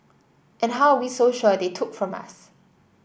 and how are we so sure they took from us